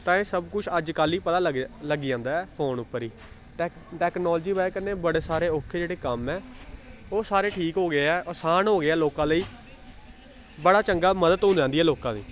तांइयैं सब कुछ अजकल्ल गै पता लग्ग जं लग्गी जांदा ऐ फोन उप्पर गै टैक टैक्नालोजी दी ब'जा कन्नै बड़े सारे औखे जेह्ड़े कम्म ऐं ओह् सारे ठीक हो गे ऐ आसन हो गेआ ऐ लोकां लेई बड़ा चंगा मदद हो जांदी ऐ लोकां दी